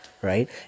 Right